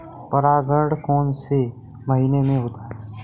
परागण कौन से महीने में होता है?